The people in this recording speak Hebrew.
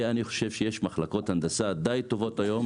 אני חושב שיש מחלקות הנדסה די טובות היום,